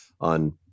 on